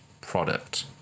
product